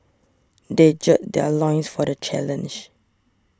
they gird their loins for the challenge